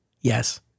Yes